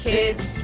Kids